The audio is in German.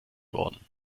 worden